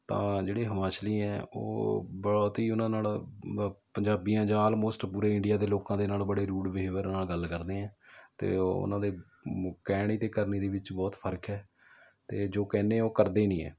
ਤਾਂ ਜਿਹੜੇ ਹਿਮਾਚਲੀ ਹੈ ਉਹ ਬਹੁਤ ਹੀ ਉਹਨਾਂ ਨਾਲ ਬ ਪੰਜਾਬੀਆਂ ਜਾਂ ਆਲਮੋਸਟ ਪੂਰੇ ਇੰਡੀਆ ਦੇ ਲੋਕਾਂ ਦੇ ਨਾਲ ਬੜੇ ਰੂੜ ਬਿਹੇਵਰ ਨਾਲ ਗੱਲ ਕਰਦੇ ਹੈ ਅਤੇ ਉਹਨਾਂ ਦੇ ਕਹਿਣੀ ਅਤੇ ਕਰਨੀ ਦੇ ਵਿੱਚ ਬਹੁਤ ਫਰਕ ਹੈ ਅਤੇ ਜੋ ਕਹਿੰਦੇ ਉਹ ਕਰਦੇ ਨਹੀਂ ਹੈ